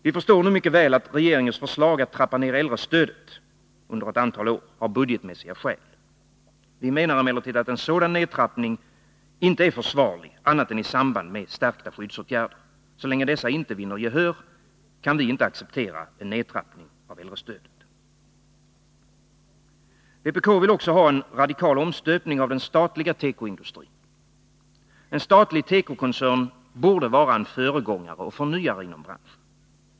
Vi förstår mycket väl att regeringens förslag att trappa ner äldrestödet under ett antal år har budgetmässiga skäl. Vi menar emellertid att en sådan nedtrappning inte är försvarlig annat än i samband med stärkta skyddsåtgärder. Så länge dessa inte vinner gehör, kan vi inte acceptera en nedtrappning av äldrestödet. Vpk vill också ha en radikal omstöpning av den statliga tekoindustrin. En statlig tekokoncern borde vara en föregångare och förnyare inom branschen.